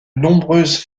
nombreuses